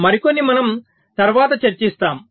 మరికొన్ని మనం తరువాత చర్చిస్తాము